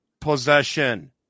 possession